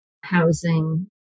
housing